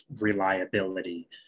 reliability